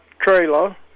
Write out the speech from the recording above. trailer